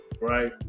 right